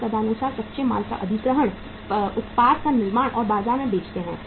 और तदनुसार कच्चे माल का अधिग्रहण उत्पाद का निर्माण और बाजार में बेचते हैं